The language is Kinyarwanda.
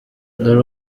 dore